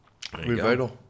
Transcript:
revital